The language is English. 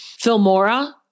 Filmora